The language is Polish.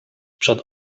przed